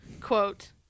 quote